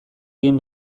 egin